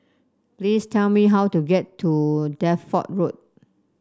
please tell me how to get to Deptford Road